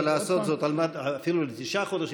הייתי ממליץ לך לעשות זאת אפילו לתשעה חודשים,